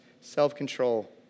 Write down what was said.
self-control